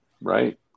right